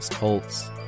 Colts